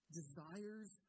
desires